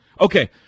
Okay